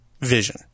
vision